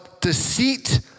deceit